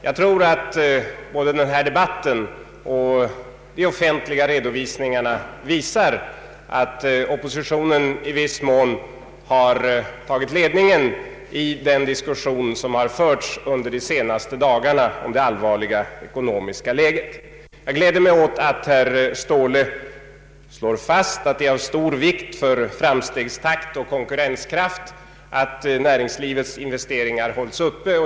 Jag tror att både denna debatt och de offentliga redovisningarna klargör att oppositionen i viss mån har tagit ledningen i den diskussion som förts under de senaste dagarna om det allvarliga ekonomiska läget. Jag gläder mig åt att herr Ståhle slår fast att det är av stor vikt för framstegstakt och konkurrenskraft att näringslivets investeringar hålls uppe.